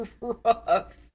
rough